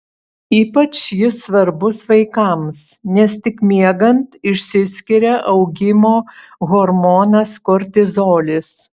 ypač jis svarbus vaikams nes tik miegant išsiskiria augimo hormonas kortizolis